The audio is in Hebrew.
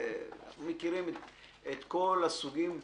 ואנחנו מכירים את כל הסוגים ---,